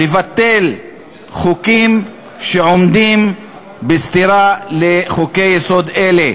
לבטל חוקים שעומדים בסתירה לחוקי-יסוד אלה.